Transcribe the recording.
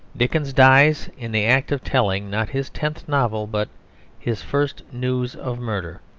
dickens dies in the act of telling, not his tenth novel, but his first news of murder.